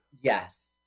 yes